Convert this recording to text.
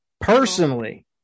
Personally